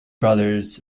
brothers